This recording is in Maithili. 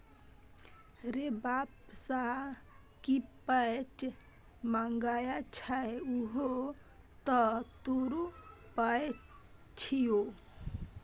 रे बाप सँ की पैंच मांगय छै उहो तँ तोरो पाय छियौ